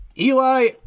Eli